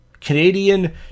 Canadian